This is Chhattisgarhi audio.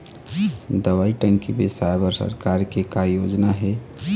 दवई टंकी बिसाए बर सरकार के का योजना हे?